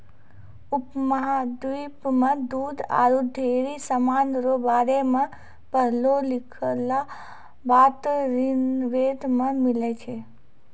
उपमहाद्वीप मे दूध आरु डेयरी समान रो बारे मे पढ़लो लिखलहा बात ऋग्वेद मे मिलै छै